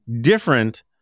different